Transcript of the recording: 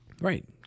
right